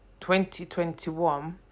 2021